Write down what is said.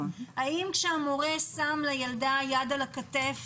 האם כשהמורה שם לילדה יד על הכתף